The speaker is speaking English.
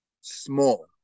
small